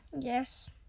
Yes